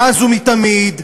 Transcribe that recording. מאז ומתמיד,